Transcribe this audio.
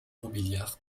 robiliard